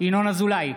ינון אזולאי,